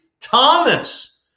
Thomas